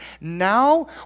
Now